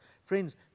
Friends